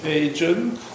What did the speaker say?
agent